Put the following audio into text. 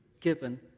given